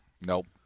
Nope